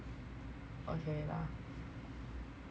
okay lah